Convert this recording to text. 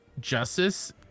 justice